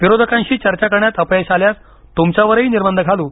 विरोधकांशी चर्चा करण्यात अपयश आल्यास तुमच्यावरही निर्बंध घालू